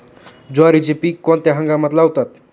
ज्वारीचे पीक कोणत्या हंगामात लावतात?